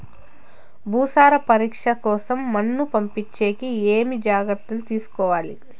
భూసార పరీక్ష కోసం మన్ను పంపించేకి ఏమి జాగ్రత్తలు తీసుకోవాలి?